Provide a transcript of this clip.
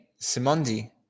Simondi